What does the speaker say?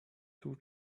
two